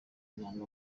intanga